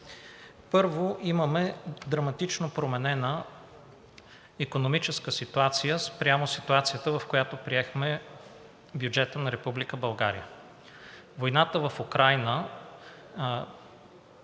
Първо, имаме драматично променена икономическа ситуация спрямо ситуацията, в която приехме бюджета на Република България. Войната в Украйна